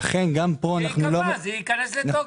זה ייקבע, זה ייכנס לתוקף.